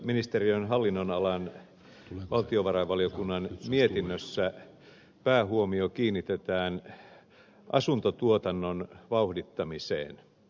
ympäristöministeriön hallinnonalalla valtiovarainvaliokunnan mietinnössä päähuomio kiinnitetään asuntotuotannon vauhdittamiseen